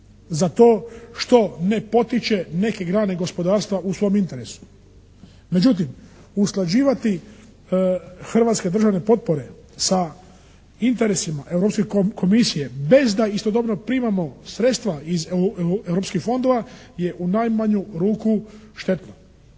Za to što ne potiče neke grane gospodarstva u svom interesu. Međutim, usklađivati hrvatske državne potpore sa interesima Europske komisije bez da istodobno primamo sredstva iz europskih fondova je u najmanju ruku štetno.